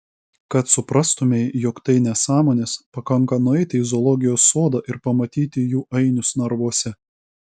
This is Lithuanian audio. kad suprastumei jog tai nesąmonės pakanka nueiti į zoologijos sodą ir pamatyti jų ainius narvuose